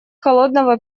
холодного